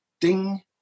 ding